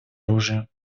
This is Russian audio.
оружия